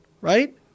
right